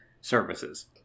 services